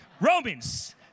Romans